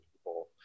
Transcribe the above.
people